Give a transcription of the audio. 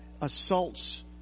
assaults